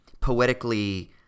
poetically